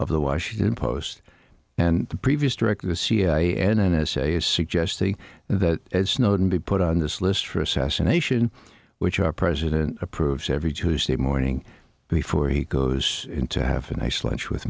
of the washington post and the previous director the cia and n s a is suggesting that snowden be put on this list for assassination which our president approves every tuesday morning before he goes into have a nice lunch with